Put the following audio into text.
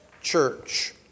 church